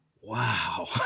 wow